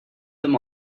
them